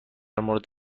مورد